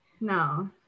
No